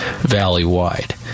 valley-wide